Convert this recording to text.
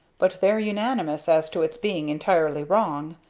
but they're unanimous as to its being entirely wrong.